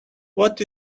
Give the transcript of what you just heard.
what